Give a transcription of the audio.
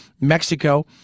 mexico